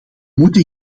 moeten